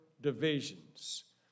divisions